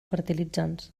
fertilitzants